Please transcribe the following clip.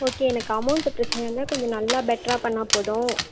okay எனக்கு amount பிரச்சின இல்லை கொஞ்சம் நல்லா பெட்டராக பண்ணிணா போதும்